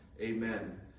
Amen